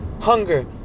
hunger